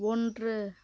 ஒன்று